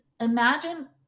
Imagine